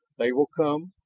they will come.